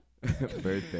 birthday